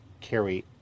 carry